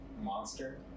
monster